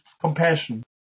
compassion